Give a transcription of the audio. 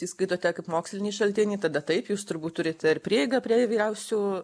jei skaitote kaip mokslinį šaltinį tada taip jūs turbūt turit prieigą prie įvairiausių